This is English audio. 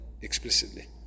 explicitly